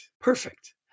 perfect